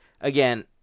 again